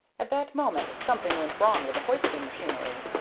at that moment something went wrong with the hoisting machinery,